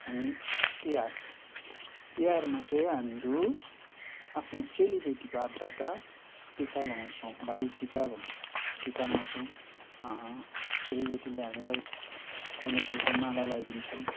हामी तिहार तिहारमा चाहिँ हामीहरू आफ्नो चेलीबेटीको हातबाट टिका लगाउँछौँ भाइटिका भन्छौँ टिका लगाउँछौँ चेलीबेटीले हामीलाई थुङ्गे फुलको माला लगाइदिन्छन्